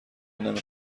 نمی